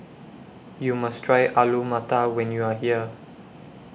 YOU must Try Alu Matar when YOU Are here